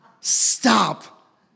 stop